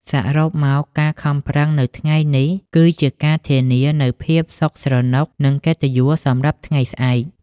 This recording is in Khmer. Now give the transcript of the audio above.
សរុបមក ការខំប្រឹងនៅថ្ងៃនេះ គឺជាការធានានូវភាពសុខស្រណុក និងកិត្តិយសសម្រាប់ថ្ងៃស្អែក។